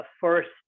first